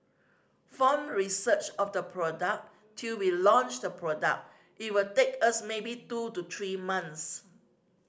from research of the product till we launch the product it will take us maybe two to three months